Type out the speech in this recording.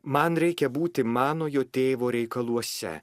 man reikia būti manojo tėvo reikaluose